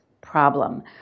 problem